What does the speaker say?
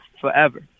forever